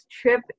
trip